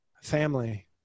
family